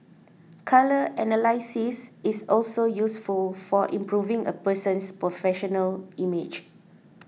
colour analysis is also useful for improving a person's professional image